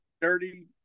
dirty